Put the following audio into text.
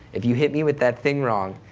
if you hit me with that thing wrong,